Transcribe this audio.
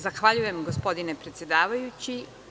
Zahvaljujem gospodine predsedavajući.